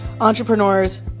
entrepreneurs